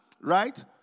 Right